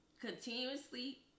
continuously